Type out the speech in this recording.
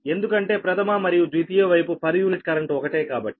ఎందుకంటే ప్రధమ మరియు ద్వితీయ వైపు పర్ యూనిట్ కరెంటు ఒకటే కాబట్టి